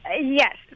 Yes